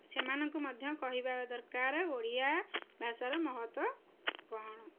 ସେମାନଙ୍କୁ ମଧ୍ୟ କହିବା ଦରକାର ଓଡ଼ିଆ ଭାଷାର ମହତ୍ଵ କ'ଣ